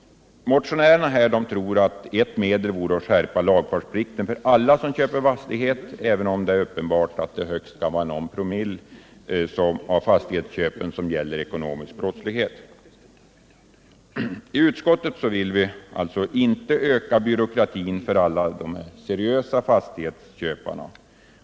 Motionärerna tror att ett medel vore att skärpa lagfartsplikten för alla som köper en fastighet, även om det är uppenbart att högst någon promille av fastighetsköpen har samband med den ekonomiska brottsligheten. Vi villinte bidra till att öka byråkratin för alla seriösa fastighetsköpare.